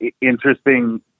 interesting